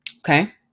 Okay